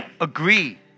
agree